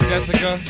Jessica